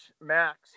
max